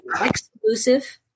exclusive